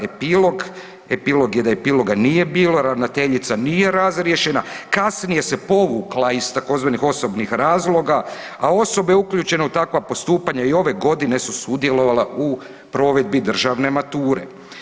Epilog, epilog je da epiloga nije bilo, ravnateljica nije razriješena, kasnije se povukla iz tzv. osobnih razloga, a osobe uključene u takva postupanja i ove godine su sudjelovala u provedbi državne mature.